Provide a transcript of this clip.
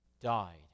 died